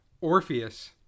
Orpheus